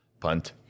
Punt